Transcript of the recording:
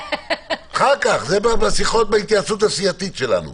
זה בהתייעצות הסיעתית שלנו.